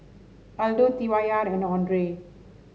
Aldo T Y R and Andre